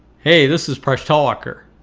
hey this is presh talwalkar.